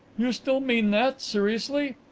you still mean that seriously?